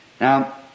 Now